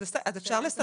אז אפשר לסדר.